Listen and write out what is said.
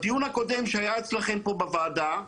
בדיון הקודם שהיה אצלכם פה בוועדה,